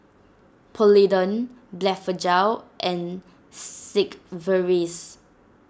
Polident Blephagel and Sigvaris